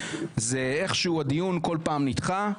זה איכשהו הדיון כל פעם נדחה.